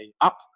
up